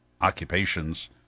occupations